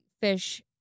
fish